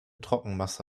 trockenmasse